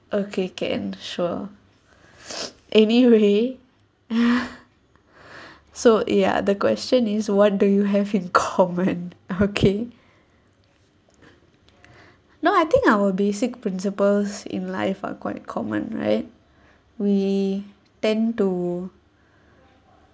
okay can sure anyway so ya the question is what do you have in common okay now I think our basic principles in life are quite common right we tend to